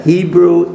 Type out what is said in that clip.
Hebrew